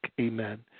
amen